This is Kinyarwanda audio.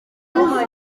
zikomoka